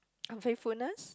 unfaithfulness